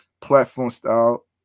platform-style